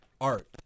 art